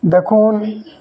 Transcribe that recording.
ଦେଖୁନ୍